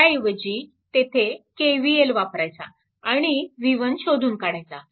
त्याऐवजी तेथे KVL वापरायचा आणि v1 शोधून काढायचा